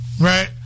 right